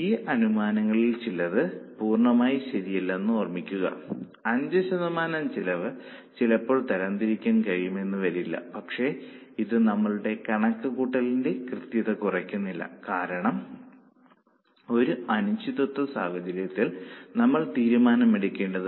ഈ അനുമാനങ്ങളിൽ ചിലത് പൂർണ്ണമായി ശരിയല്ലെന്ന് ഓർമ്മിക്കുക അഞ്ച് ശതമാനം ചെലവ് ചിലപ്പോൾ തരംതിരിക്കാൻ കഴിഞ്ഞെന്നു വരില്ല പക്ഷേ ഇത് നമ്മളുടെ കണക്കുകൂട്ടലിന്റെ കൃത്യത കുറയ്ക്കുന്നില്ല കാരണം ഒരു അനിശ്ചിതത്വ സാഹചര്യത്തിൽ നമ്മൾ തീരുമാനമെടുക്കേണ്ടതുണ്ട്